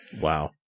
Wow